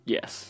，Yes 。